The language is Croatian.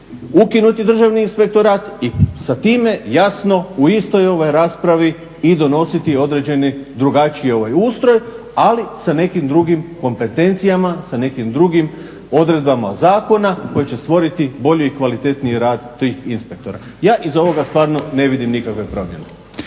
ukinuti Državni inspektorat i sa time jasno u istoj ovoj raspravi i donositi određeni drugačiji ustroj ali sa nekim drugim kompetencijama, sa nekim drugim odredbama zakona koje će stvoriti bolji i kvalitetniji rad tih inspektora. Ja iz ovoga stvarno ne vidim nikakve promjene.